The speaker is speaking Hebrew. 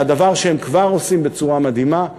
על הדבר שהם כבר עושים בצורה מדהימה,